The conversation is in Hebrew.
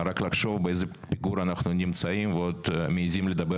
רק לחשוב באיזה פיגור אנחנו נמצאים ועוד מעזים לדבר